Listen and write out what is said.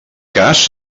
cas